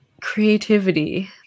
creativity